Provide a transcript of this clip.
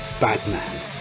Batman